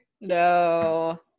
no